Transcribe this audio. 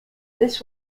this